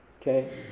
okay